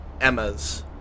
Emma's